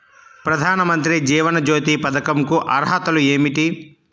ప్రధాన మంత్రి జీవన జ్యోతి పథకంకు అర్హతలు ఏమిటి?